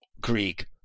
Greek